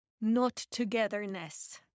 not-togetherness